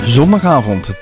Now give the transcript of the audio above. Zondagavond